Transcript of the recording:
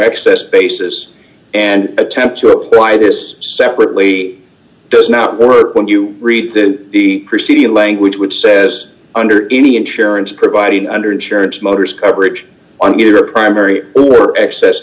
excess basis and attempt to apply this separately does not work when you read the preceding language which says under any insurance provided under insurance motors coverage on good or primary excess